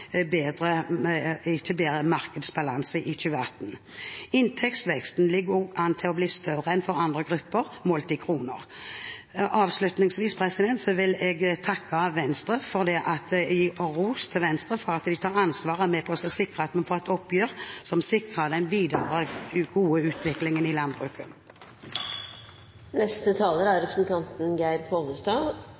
bedre markedsbalanse i 2018. Inntektsveksten ligger også an til å bli større enn for andre grupper, målt i kroner. Avslutningsvis vil jeg takke – og gi ros til – Venstre for å ta ansvar for å være med på å sikre at vi får et oppgjør som sikrer den gode utviklingen i